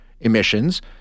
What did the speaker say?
emissions